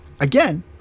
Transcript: Again